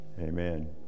Amen